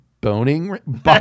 boning